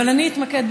אבל אני אתמקד,